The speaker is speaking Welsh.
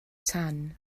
tan